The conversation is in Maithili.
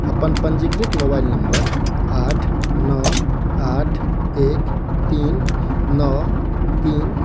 अपन पंजीकृत मोबाइल नम्बर आठ नओ आठ एक तीन नओ तीन